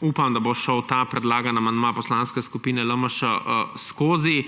upam, da bo šel ta predlagani amandma Poslanske skupine LMŠ skozi.